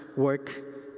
work